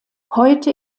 heute